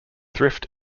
thrift